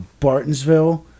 Bartonsville